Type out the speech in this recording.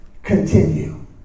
Continue